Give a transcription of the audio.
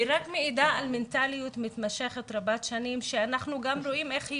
היא רק מעידה על מנטליות מתמשכת רבת שנים שאנחנו גם רואים איך היא